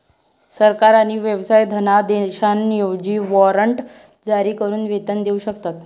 सरकार आणि व्यवसाय धनादेशांऐवजी वॉरंट जारी करून वेतन देऊ शकतात